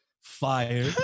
fire